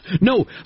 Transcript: no